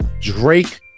Drake